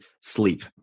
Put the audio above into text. sleep